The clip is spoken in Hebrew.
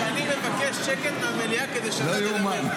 שאני מבקש שקט במליאה כדי שאתה תדבר.